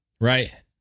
right